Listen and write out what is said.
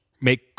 make